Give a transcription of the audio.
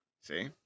See